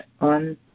on